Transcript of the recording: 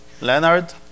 Leonard